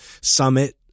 summit